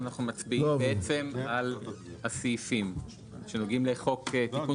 אנחנו מצביעים על סעיפים שנוגעים לתיקון